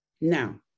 Now